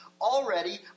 already